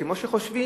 כמו שחושבים,